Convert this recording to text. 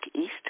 East